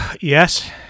Yes